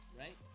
right